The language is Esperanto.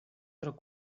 tro